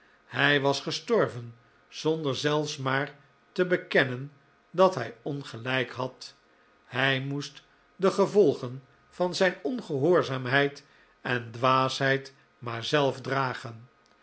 hij was gestorven zonder zelfs maar te bekennen dat hij ongelijk had hij moest de gevolgen van zijn ongehoorzaamheid en dwaasheid maar zelf dragen